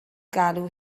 galw